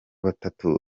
batatu